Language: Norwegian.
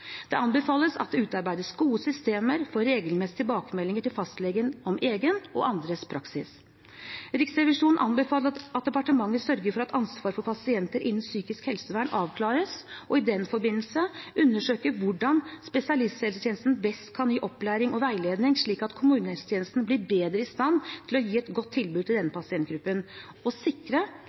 Det anbefales at det utarbeides gode systemer for regelmessige tilbakemeldinger til fastlegene om egen og andres praksis. Riksrevisjonen anbefaler at departementet sørger for at ansvaret for pasienter innen psykisk helsevern avklares, og i den forbindelse undersøker hvordan spesialisthelsetjenesten best kan gi opplæring og veiledning, slik at kommunehelsetjenesten blir bedre i stand til å gi et godt tilbud til denne pasientgruppen, og